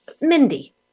Mindy